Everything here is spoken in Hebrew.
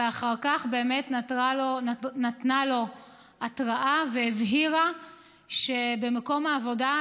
ואחר כך נתנה לו התראה והבהירה שבמקום העבודה,